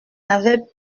avait